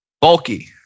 bulky